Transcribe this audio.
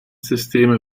systeme